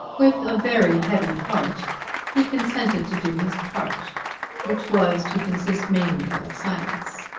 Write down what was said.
with a very heavy heart he consented to do his part which was to consist mainly of silence.